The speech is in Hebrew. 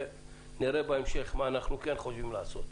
נראה בהמשך מה אנחנו כן חושבים לעשות.